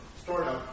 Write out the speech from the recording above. startup